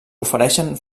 ofereixen